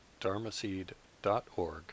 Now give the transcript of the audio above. dharmaseed.org